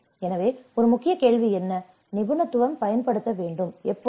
எனவே முக்கிய கேள்வி என்ன நிபுணத்துவம் பயன்படுத்த வேண்டும் எப்போது